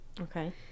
Okay